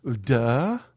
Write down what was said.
duh